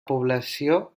població